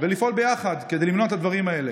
ולפעול יחד כדי למנוע את הדברים האלה.